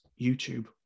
YouTube